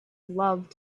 loved